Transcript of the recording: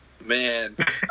Man